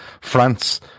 France